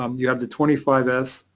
um you have the twenty five s,